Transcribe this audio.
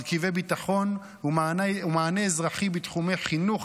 מרכיבי ביטחון ומענה אזרחי בתחומי חינוך,